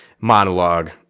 monologue